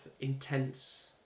intense